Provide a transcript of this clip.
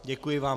Děkuji vám.